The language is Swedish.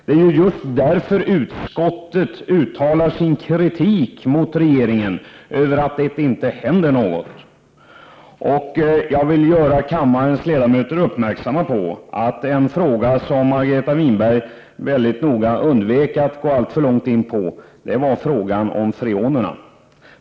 Det är ju just därför att det inte händer något som utskottet uttalar sin kritik mot regeringen. Jag vill göra kammarens ledamöter uppmärksamma på att en fråga som Margareta Winberg mycket noga undvek att alltför långt gå in på var frågan om freonerna.